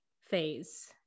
phase